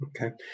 Okay